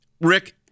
Rick